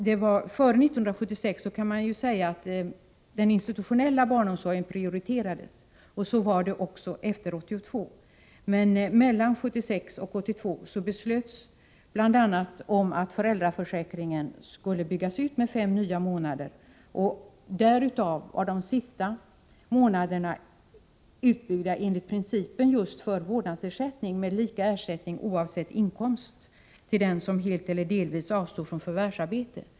Man kan uttrycka det så att den institutionella barnomsorgen prioriterades före 1976 och att så har skett också efter 1982, men att det mellan 1976 och 1982 bl.a. beslöts att föräldraförsäkringen skulle byggas ut med fem månader. Ersättningen under de sista av dessa månader var uppbyggd enligt principen för vårdnadsersättning, dvs. med lika ersättning — oavsett inkomst — till den som helt eller delvis avstår från förvärvsarbete.